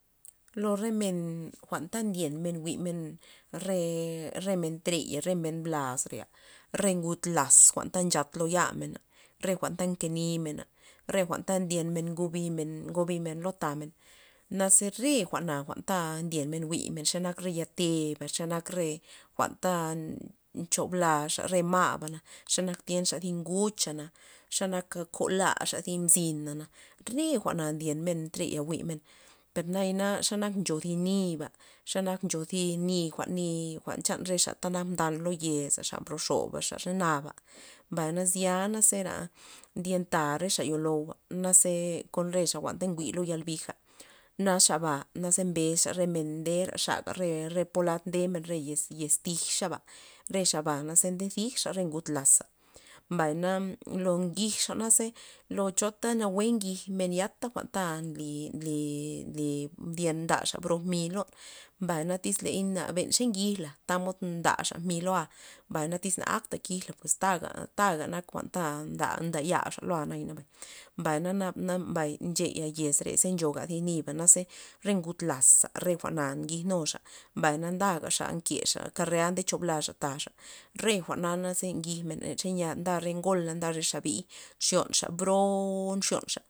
Lo re men jwa'nta ndyenmen jwi'men re- re men treya re men blazre re ngud laz jwa'nta nchat lo yamena re jwa'nta nke nimen re jwa'nta ndyenmen ngubimen- ubimen lo tamen naze re jwa'na jwa'n ta ndyenmen jwi'men xenak re ya teba' xe nak re jwa'nta nchuplaxa re ma'bana xe nak tyenxa thi nguxna xenak ko laxa thi mzina re jwa'na ndyenmen ntreya jwi'men per nayana xenak ncho zi niba xe nak ncho ni jwa'n ni ni chan rexa ta nak mdan lo yez xa mbro xob xa nak naba mbayna zianaza zera ndyenta re xa yo'louba naze kon re xa ta njwi' re yal bija naxaba mbesxa re men ndera xaga re polad nde men re yez- yez thij xaba re xabana ze nde zijxa re ngud laza, mbay na lo ngijxa jwa'naze lo chota nawue ngij men yata jwa'n ta nly- nly nly ndyen nda xa bro mi lon, mbay na tyz le xe ben ngij la tamod ndaxa mi lo'a mbay na tyz na akta kijla pues taga taga nak jwa'n an ndayaxa lo'a nabay mbayna naba na mbay ncheya yez re ze nchoga thi niba ze re ngud laza re jwa'na ngij nuxa mbay na ndagaxa na nkexa kare'a nde chuplaxa taxa re jwa'naza ze ngijmen ze yia nda re ngola nda re xabi xonxa bro xonxa.